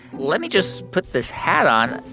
let me just put this hat on.